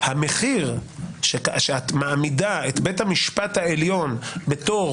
שהמחיר שאת מעמידה את בית המשפט העליון בתור